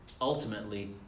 ultimately